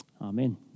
Amen